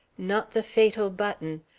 not the fatal button,